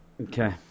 Okay